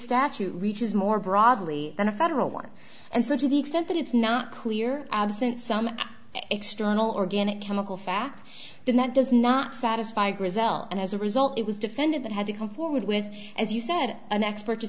statute reaches more broadly than a federal one and so to the extent that it's not clear absent some external organic chemical facts then that does not satisfy grisel and as a result it was defended that had to come forward with as you said an expert to